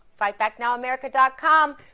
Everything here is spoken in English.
Fightbacknowamerica.com